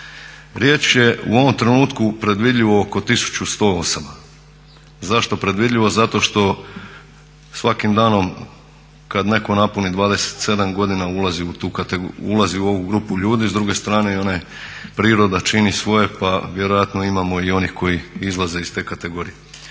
Riječ je u ovom trenutku predvidljivo oko 1100 osoba. Zašto predvidljivo? Zato što svakim danom kad netko napuni 27 godina ulazi u tu kategoriju, ulazi u ovu grupu ljudi, s druge strane i ona priroda čini svoje pa vjerojatno imamo i onih koji izlaze iz te kategorije.